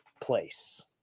place